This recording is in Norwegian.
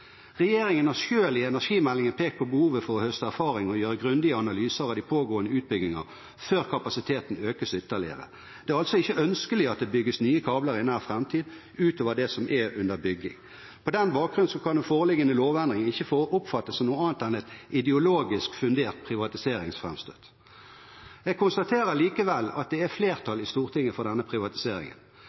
Regjeringen har selv i energimeldingen pekt på behovet for å høste erfaring og gjøre grundige analyser av de pågående utbygginger før kapasiteten økes ytterligere. Det er altså ikke ønskelig at det bygges nye kabler i nær framtid, utover det som er under bygging. På den bakgrunn kan den foreliggende lovendring ikke oppfattes som noe annet enn et ideologisk fundert privatiseringsframstøt. Jeg konstaterer likevel at det er flertall i Stortinget for denne privatiseringen.